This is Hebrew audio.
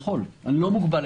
אני לא מוגבל.